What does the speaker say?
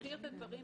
נבהיר את הדברים.